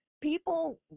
people